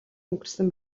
өнгөрсөн